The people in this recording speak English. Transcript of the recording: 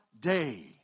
day